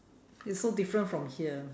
it's so different from here